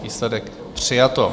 Výsledek: přijato.